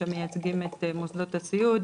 שמייצגים את מוסדות הסיעוד.